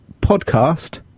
podcast